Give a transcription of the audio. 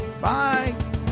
Bye